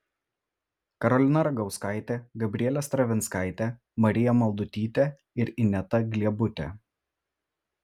karolina ragauskaitė gabrielė stravinskaitė marija maldutytė ir ineta gliebutė